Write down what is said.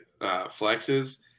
flexes